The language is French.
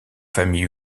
famille